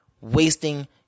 wasting